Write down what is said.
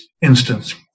instance